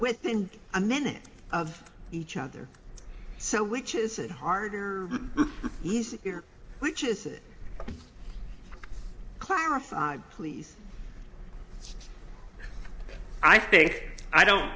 within a minute of each other so which is it harder easier which is clarify please i think i don't